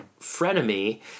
frenemy